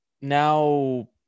now